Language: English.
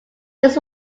this